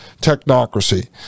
technocracy